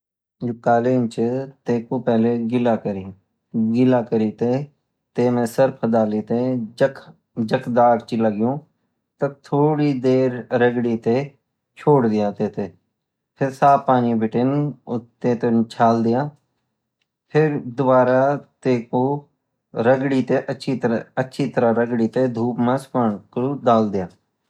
जु कालिंची तेकू पहले गिला करी गिला करी ते तेमा सर्फ़ डाली ते जख दाग ची लग्युं तख थोड़ी देर रगडीते छोड़ी दिया फिर साफ पानी बिटिन तेते छाल दियां फिर दुबारा तेकु अछि तरहं रगडते धुप मई सुखानकु दाल दियाँ